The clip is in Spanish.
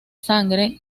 sangre